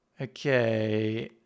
Okay